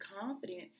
confident